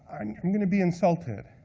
and i'm gonna be insulted.